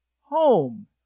home